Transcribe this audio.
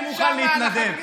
אני מוכן להתנדב.